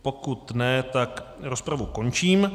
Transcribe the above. Pokud ne, tak rozpravu končím.